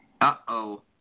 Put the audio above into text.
Uh-oh